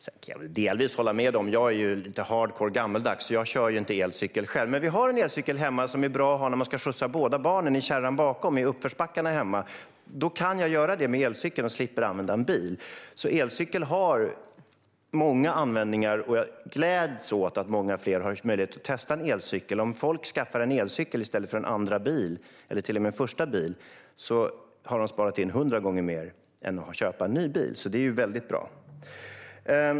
Sedan kan jag delvis hålla med dig. Jag är lite hardcore-gammaldags, så jag kör inte elcykel själv. Men vi har en elcykel hemma. Den är bra att ha när man ska skjutsa båda barnen i kärran bakom cykeln i uppförsbackarna. Jag kan göra det med elcykeln och slipper då att använda en bil. Det finns många användningar för elcykeln, och jag gläds åt att många fler har möjlighet att testa en elcykel. Om folk skaffar en elcykel i stället för en andra bil eller till och med en första bil har de sparat in 100 gånger mer än om de hade köpt en ny bil. Det är väldigt bra.